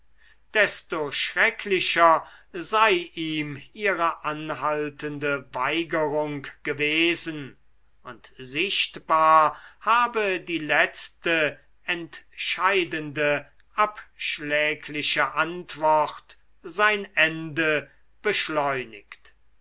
desto schrecklicher sei ihm ihre anhaltende weigerung gewesen und sichtbar habe die letzte entscheidende abschlägliche antwort sein ende beschleunigt